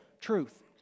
truth